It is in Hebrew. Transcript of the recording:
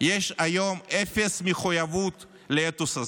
יש היום אפס מחויבות לאתוס הזה.